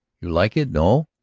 you like it, no?